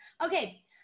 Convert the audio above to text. Okay